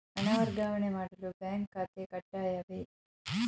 ಹಣ ವರ್ಗಾವಣೆ ಮಾಡಲು ಬ್ಯಾಂಕ್ ಖಾತೆ ಕಡ್ಡಾಯವೇ?